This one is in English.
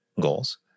goals